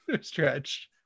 stretch